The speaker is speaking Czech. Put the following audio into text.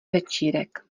večírek